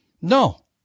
No